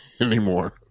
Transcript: anymore